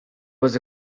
was